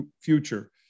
future